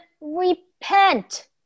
repent